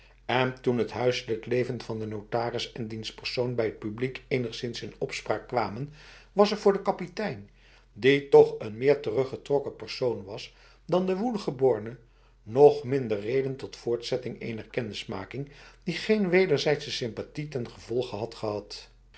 en toen het huiselijk leven van de notaris en diens persoon bij t publiek enigszins in opspraak kwamen was er voor de kapitein die toch een meer teruggetrokken persoon was dan de woelige borne nog minder reden tot voortzetting ener kennismaking die geen wederzijdse sympathie ten gevolge had gehadtoen